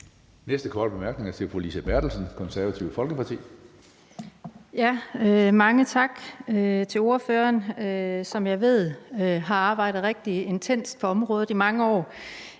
næste korte bemærkning er til fru Lise Bertelsen, Det Konservative Folkeparti. Kl. 15:38 Lise Bertelsen (KF): Mange tak til ordføreren, som jeg ved har arbejdet rigtig intenst på området i mange år,